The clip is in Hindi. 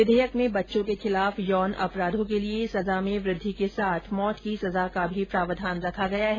विधेयक में बच्चों के खिलाफ यौन अपराधों के लिए सजा में वृद्धि के साथ मौत की सजा का भी प्रावधान रखा गया है